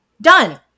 done